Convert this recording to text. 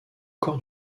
corps